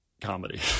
comedy